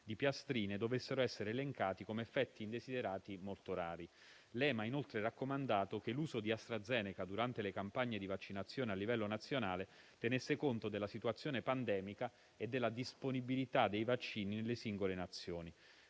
di piastrine dovessero essere elencati come effetti indesiderati molto rari. L'EMA ha inoltre raccomandato che l'uso di AstraZeneca durante le campagne di vaccinazione a livello nazionale tenesse conto della situazione pandemica e della disponibilità dei vaccini nelle singole Nazioni.